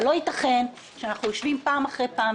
לא ייתכן שאנחנו יושבים פעם אחר פעם,